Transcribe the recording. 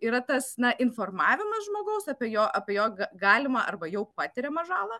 yra tas na informavimas žmogaus apie jo apie jo ga galima arba jau patiriamą žalą